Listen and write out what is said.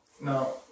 no